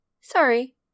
sorry